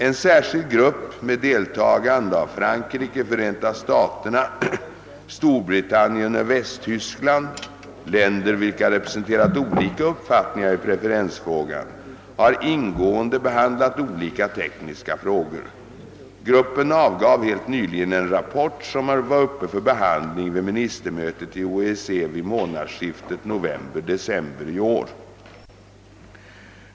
En särskild grupp med deltagande av Frankrike, Förenta staterna, Storbritannien och Västtyskland — länder vilka representerat olika uppfattningar i preferensfrågan -— har ingående behandlat olika tekniska frågor. Gruppen avgav helt nyligen en rapport som var uppe för behandling vid ministermötet i OECD vid månadsskiftet november/december.